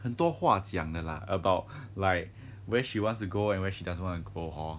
很多话讲的 lah about like where she wants to go and where she doesn't want to go hor